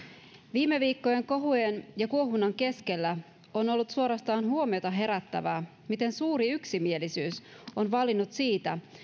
viime viikkojen kohujen ja kuohunnan keskellä on ollut suorastaan huomiota herättävää miten suuri yksimielisyys on vallinnut siitä